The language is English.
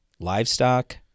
livestock